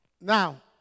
Now